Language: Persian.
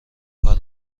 کار